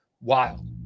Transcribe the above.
wild